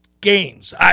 games